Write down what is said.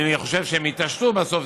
אני חושב שהם יתעשתו בסוף,